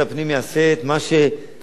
ונצטרך לעשות בבוא העת.